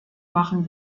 machen